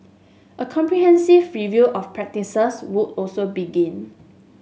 a comprehensive review of practices would also begin